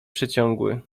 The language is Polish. przeciągły